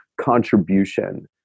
contribution